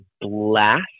blast